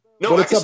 No